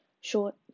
short